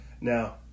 Now